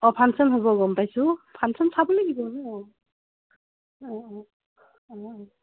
অঁ ফাংশ্যন হ'ব গম পাইছোঁ ফাংশ্যন চাব লাগিব অঁ অঁ অঁ অঁ অঁ